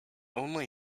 only